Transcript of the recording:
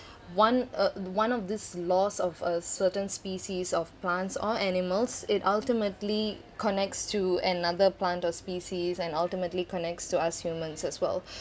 one uh one of this loss of a certain species of plants or animals it ultimately connects to another plant or species and ultimately connects to us humans as well